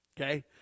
Okay